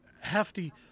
hefty